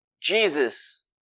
Jesus